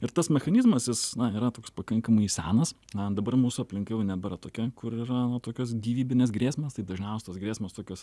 ir tas mechanizmas jis yra toks pakankamai senas na dabar mūsų aplinka jau nebėra tokia kur yra tokios gyvybinės grėsmės tai dažniausiai tos grėsmės tokios